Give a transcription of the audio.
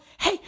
hey